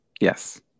Yes